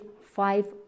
five